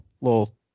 Little